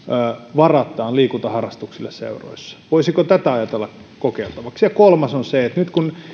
varataan liikuntaharrastuksille seuroissa voisiko tätä ajatella kokeiltavaksi ja kolmas on se että nyt kun